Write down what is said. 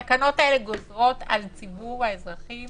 התקנות האלה גוזרות על ציבור האזרחים